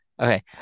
Okay